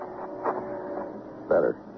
Better